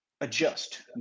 adjust